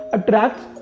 Attracts